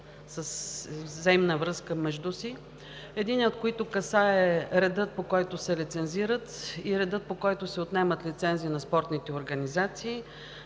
взаимна връзка помежду си, единият от които касае реда, по който се лицензират, и реда, по който се отнемат лицензии на спортните организации;